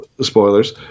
Spoilers